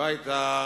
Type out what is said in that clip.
לא היו,